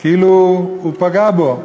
כאילו הוא פגע בו.